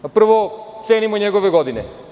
Pa, prvo, cenimo njegove godine.